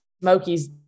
Smokies